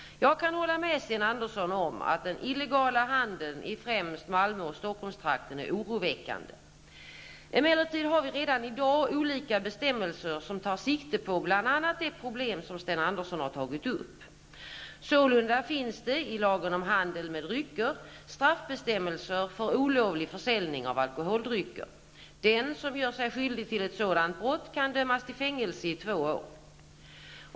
Jag kan hålla med Sten Andersson om att den illegala handeln i främst Malmö och Stockholmstrakten är oroväckande. Emellertid har vi redan i dag olika bestämmelser som tar sikte på bl.a. det problem som Sten Andersson har tagit upp. Sålunda finns det i lagen om handel med drycker straffbestämmelser för olovlig försäljning av alkoholdrycker. Den som gör sig skyldig till ett sådant brott kan dömas till fängelse i två år.